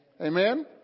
Amen